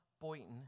Boynton